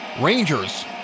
Rangers